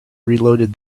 reloaded